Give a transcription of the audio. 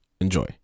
enjoy